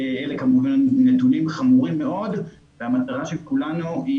אלה כמובן נתונים חמורים מאוד והמטרה של כולנו היא